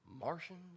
Martians